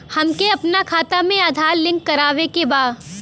हमके अपना खाता में आधार लिंक करावे के बा?